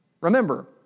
Remember